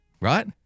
right